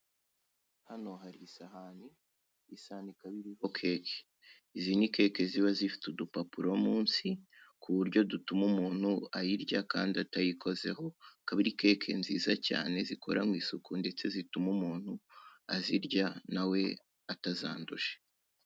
Hano hari isahani, isahani ikaba iriho keke. Izi ni keke ziba zifite udupapuro munsi kuburyo dutuma umuntu ayirya kandi atayikozeho akaba arikeke nziza cyane zikoranywe isuku ndetse zituma umuntu azirya na we atazanduje.